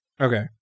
okay